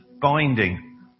binding